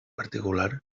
particular